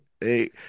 hey